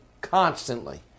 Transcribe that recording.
constantly